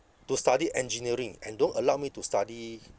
to study engineering and don't allow me to study